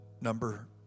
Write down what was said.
number